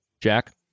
Jack